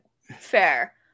fair